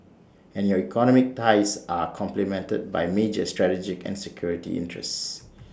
and your economic ties are complemented by major strategic and security interests